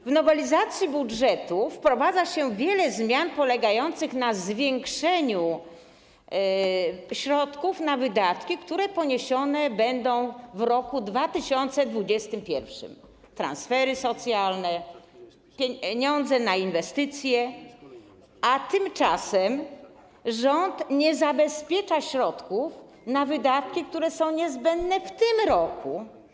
W nowelizacji budżetu wprowadza się wiele zmian polegających na zwiększeniu środków na wydatki, które poniesione będą w roku 2021 - transfery socjalne, pieniądze na inwestycje - a tymczasem rząd nie zabezpiecza środków na wydatki, które są niezbędne w tym roku.